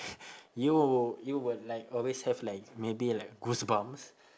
you will you will like always have like maybe like goosebumps